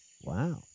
Wow